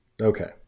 Okay